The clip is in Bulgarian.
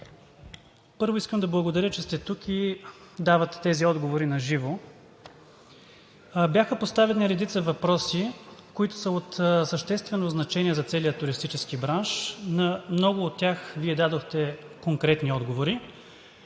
първо, искам да благодаря, че сте тук и давате тези отговори на живо. Бяха поставени редица въпроси, които са от съществено значение за целия туристически бранш, а на много от тях Вие дадохте конкретни отговори,